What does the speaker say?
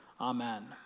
Amen